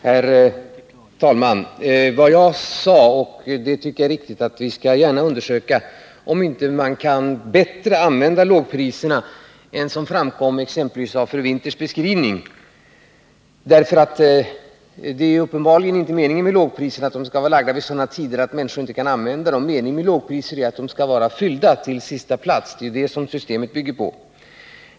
Herr talman! Vad jag sade — och det tycker jag är riktigt — var att vi gärna skall undersöka om inte lågpriserna kan användas bättre än som framkom exempelvis i fru Winthers beskrivning. Det är uppenbarligen inte meningen med lågpriserna att de skall gälla sådana tidpunkter att människorna inte kan använda dem. Syftet med lågpriserna är att planen skall vara fyllda till sista plats — det är detta systemet bygger på.